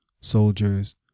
soldiers